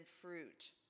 fruit